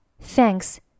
Thanks